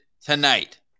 tonight